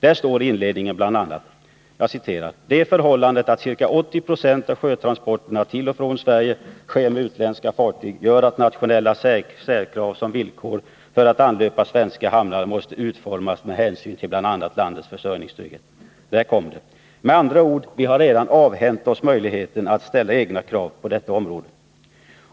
Där står i inledningen bl.a.: ”Det förhållandet att ca 80 2 av sjötransporterna till och från Sverige sker med utländska fartyg gör att nationella särkrav som villkor för att anlöpa svenska hamnar måste utformas med hänsyn till bl.a. landets försörjningstrygghet ——--.” Där kom det: Vi har med andra ord redan avhänt oss möjligheten att ställa egna krav på detta område.